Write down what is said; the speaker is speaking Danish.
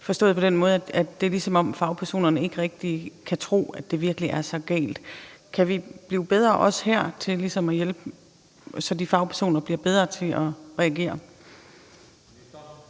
forstået på den måde, at det er, som om fagpersonerne ikke rigtig vil tro på, at det virkelig er så galt. Kan vi også her blive bedre til ligesom at hjælpe de fagpersoner til at blive bedre til at reagere?